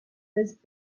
was